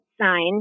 sign